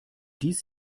dies